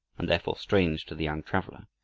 and therefore strange to the young traveler.